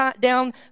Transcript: down